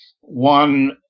one